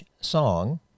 song